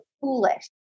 foolish